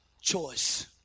choice